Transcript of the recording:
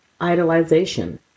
idolization